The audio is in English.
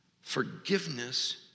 forgiveness